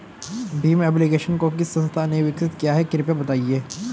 Bhim application को किस संस्था ने विकसित किया है कृपया बताइए?